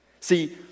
See